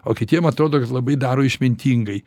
o kitiem atrodo kad labai daro išmintingai